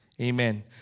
Amen